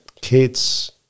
kids